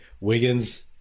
Wiggins